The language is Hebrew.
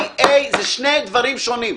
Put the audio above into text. זה שני דברים שונים.